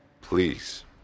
Please